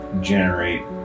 generate